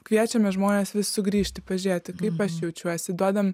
kviečiame žmones vis sugrįžti pažiūrėti kaip aš jaučiuosi duodam